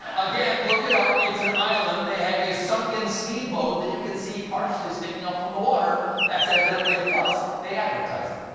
again, look it up. it's an island. they have a sunken steamboat that you can see partially sticking up from the water. that's evidently a plus. they advertise it.